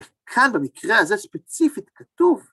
כאן במקרה הזה ספציפית כתוב